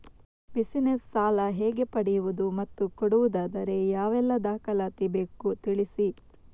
Business ಸಾಲ ಹೇಗೆ ಪಡೆಯುವುದು ಮತ್ತು ಕೊಡುವುದಾದರೆ ಯಾವೆಲ್ಲ ದಾಖಲಾತಿ ಬೇಕು ತಿಳಿಸಿ?